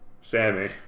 Sammy